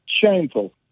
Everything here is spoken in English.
Shameful